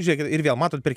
žiūrėkit ir vėl matot per